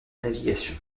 navigation